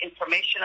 information